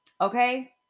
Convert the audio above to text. Okay